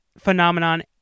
Phenomenon